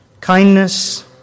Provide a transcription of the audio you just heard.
kindness